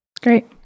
Great